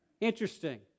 Interesting